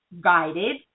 guided